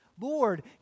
Lord